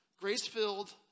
grace-filled